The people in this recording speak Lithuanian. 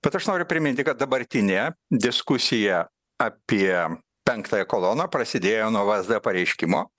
bet aš noriu priminti kad dabartinė diskusija apie penktąją koloną prasidėjo nuo vsd pareiškimo